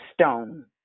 stone